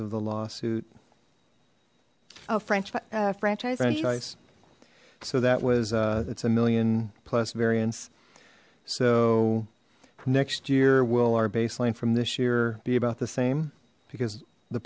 of the lawsuit oh french franchise franchise so that was it's a million plus variance so next year will our baseline from this year be about the same because the